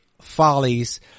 follies